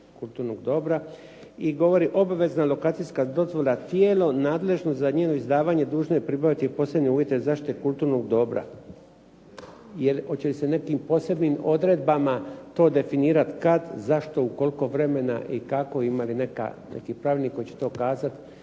kulturnog dobra. I govori, obvezna lokacijska dozvola tijelo nadležno za njeno izdavanje dužno je pribaviti posebne uvjete zaštite kulturnog dobra. Hoće li se nekim posebnim odredbama to definirati kad, zašto, u koliko vremena i kako? Ima li neki pravilnik koji će to kazati